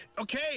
Okay